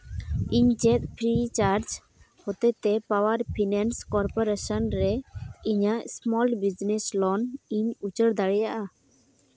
ᱤᱧ ᱪᱮᱫ free charge ᱦᱚᱛᱮ ᱛᱮ ᱯᱟᱣᱟᱨ ᱯᱷᱤᱱᱟᱱᱥ ᱠᱚᱨᱯᱳᱨᱮᱥᱮᱱ ᱨᱮ ᱤᱧᱟᱹᱜ ᱥᱢᱚᱞ ᱵᱤᱡᱽᱱᱮᱥ ᱞᱳᱱᱤᱧ ᱩᱪᱟᱹᱲ ᱫᱟᱲᱮᱭᱟᱜᱼᱟ